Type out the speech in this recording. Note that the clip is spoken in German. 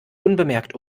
unbemerkt